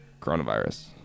Coronavirus